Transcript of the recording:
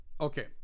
Okay